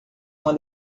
uma